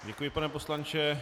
Děkuji, pane poslanče.